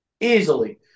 easily